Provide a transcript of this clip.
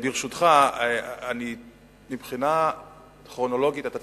ברשותך, מבחינה כרונולוגית אתה צודק,